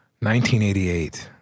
1988